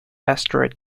asteroid